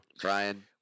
Brian